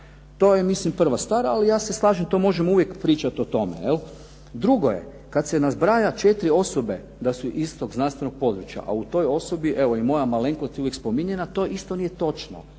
To je ja mislim prva stvar, ali ja se slažem to možemo uvijek pričat o tome. Drugo je kad se nabraja četiri osobe da su iz tog znanstvenog područja, a u toj osobi evo i moja malenkost se uvijek spominje na to, isto nije točno.